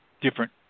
different